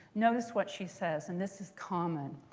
notice what she says. and this is common.